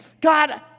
God